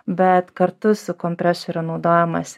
bet kartu su kompresoriu naudojamas